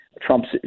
Trump's